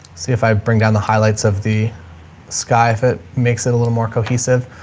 see if i bring down the highlights of the sky fit makes it a little more cohesive.